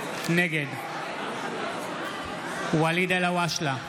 נגד ואליד אלהואשלה,